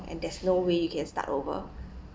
and there's no way you can start over